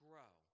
Grow